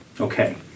Okay